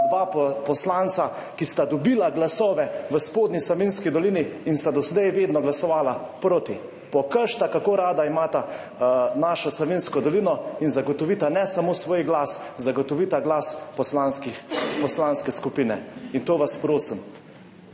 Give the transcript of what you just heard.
dva poslanca, ki sta dobila glasove v Spodnji Savinjski dolini in sta do zdaj vedno glasovala proti. Pokažita, kako rada imata našo Savinjsko dolino in zagotovita ne samo svoj glas, zagotovita glas poslanske skupine. In to vas prosim,